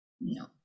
No